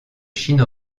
chine